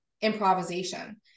improvisation